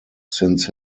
since